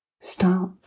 start